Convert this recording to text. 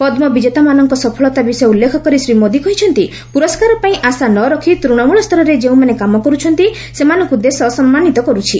ପଦ୍ ବିଜେତାମାନଙ୍କ ସଫଳତା ବିଷୟ ଉଲ୍ଲେଖ କରି ଶ୍ରୀ ମୋଦି କହିଛନ୍ତି ପୁରସ୍କାର ପାଇଁ ଆଶା ନ ରଖି ତୃଶମୂଳସରରେ ଯେଉଁମାନେ କାମ କରୁଛନ୍ତି ସେମାନଙ୍କୁ ଦେଶ ସମ୍ମାନିତ କରୁଛି